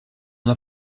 una